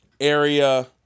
area